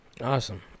Awesome